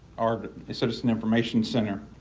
our citizen information center.